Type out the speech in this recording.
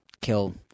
kill